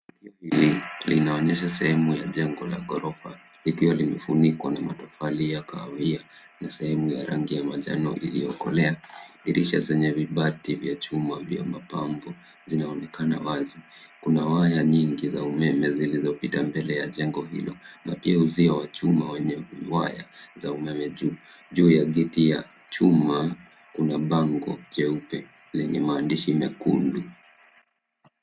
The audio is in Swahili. Tukio hili linaonyesha sehemu ya jego linalojengwa likiwa limefunikwa na matofali ya kahawia na sehemu ya rangi ya manjano iliyokolea. Dirisha zenye vibati vya chuma vya mapambo zinaonekana wazi. Kuna waya nyingi za umeme zilizopita mbele ya jengo hilo na pia uzio wa chuma wenye waya za umeme juu. Juu ya geti ya chuma kuna bango jeupe lenye maandishi mekundu.